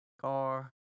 car